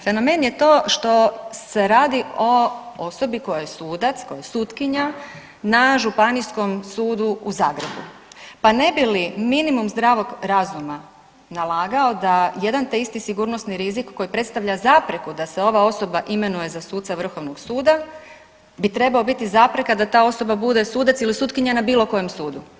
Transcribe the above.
Fenomen je to što se radi o osobi koja je sudac, koja je sutkinja na Županijskom sudu u Zagrebu, pa ne bi li minimum zdravog razuma nalagao da jedan te isti sigurnosni rizik koji predstavlja zapreku da se ova osoba imenuje za suca Vrhovnog suda bi trebao biti zapreka da ta osoba bude sudac ili sutkinja na bilo kojem sudu.